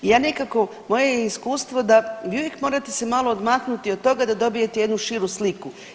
Ja nekako, moje je iskustvo da, vi uvijek morate se malo odmaknuti od toga da dobijete jednu širu sliku.